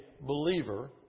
believer